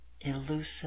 elusive